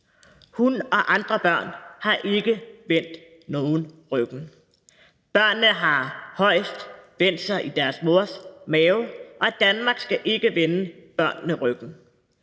Hun og andre børn har ikke vendt nogen ryggen. Børnene har højst vendt sig i deres mors mave, og Danmark skal ikke vende børnene ryggen.